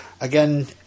again